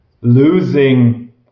losing